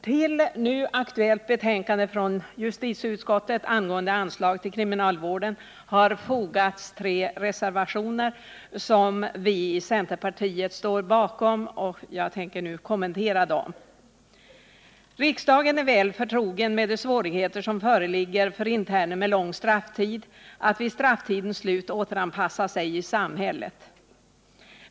Till nu aktuellt betänkande från justitieutskottet angående anslag till kriminalvården har fogats tre reservationer som vi i centerpartiet står bakom. Riksdagen är väl förtrogen med de svårigheter som föreligger för interner med lång strafftid att vid strafftidens slut åter anpassa sig i samhället.